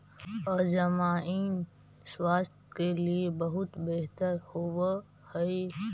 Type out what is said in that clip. अजवाइन स्वास्थ्य के लिए बहुत बेहतर होवअ हई